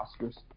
Oscars